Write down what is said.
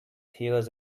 hears